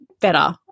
better